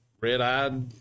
red-eyed